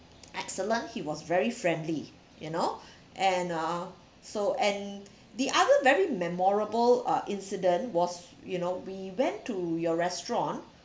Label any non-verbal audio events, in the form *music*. excellent he was very friendly you know *breath* and uh so and the other very memorable uh incident was you know we went to your restaurant